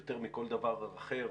יותר מכל דבר אחר